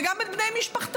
וגם את בני משפחתה.